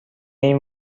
این